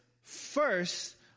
first